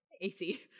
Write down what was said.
AC